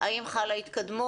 האם חלה התקדמות?